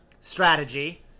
strategy